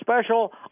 special